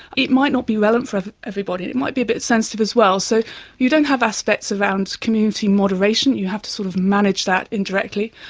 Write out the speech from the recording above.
it might not be relevant for everybody. it it might be a bit sensitive as well. so you don't have aspects around community moderation, you have to sort of manage that indirectly.